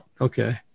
Okay